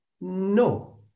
No